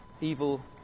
evil